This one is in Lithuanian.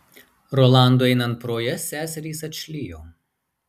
rolandui einant pro jas seserys atšlijo